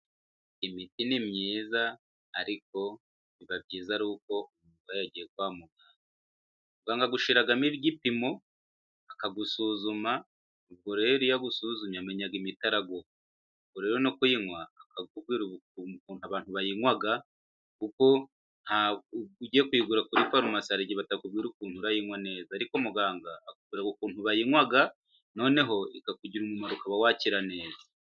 Imiti ni myiza ariko biba byiza ari uko umurwayi yagiye kwa muganga . Muganga agushyiramo igipimo ,akagusuzuma. Ubwo rero iyo agusuzumye amenya imiti araguha. Ubwo rero no kuyinywa akakubwira ukuntu abantu bayinywa kuko ugiye kuyigura kuri farumasi, hari igihe batakubwiye ukuntu urayinywa neza . Ariko muganga akubwira ukuntu bayinywa noneho ikakugira umumaro ukaba wakira neza.